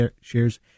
shares